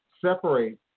separate